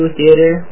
Theater